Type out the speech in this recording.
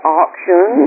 auction